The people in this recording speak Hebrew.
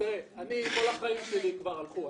כל החיים שלי כבר הלכו.